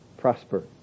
prosper